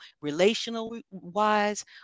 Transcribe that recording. Relational-wise